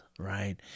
Right